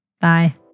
Bye